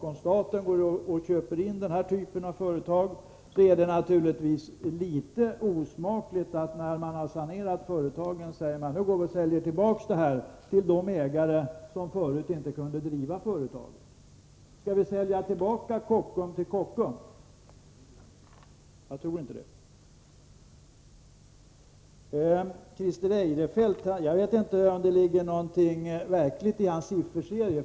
Om staten köper in denna typ av företag, är det naturligtvis litet osmakligt att man när man har sanerat företagen säljer dem tillbaka till de ägare som förut inte kunde driva dem. Skall vi sälja tillbaka Kockums till Kockums? Jag tror inte det. Jag vet inte om det ligger något verkligt bakom Christer Eirefelts sifferserie.